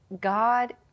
God